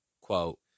Quote